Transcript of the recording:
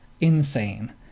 Insane